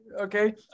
Okay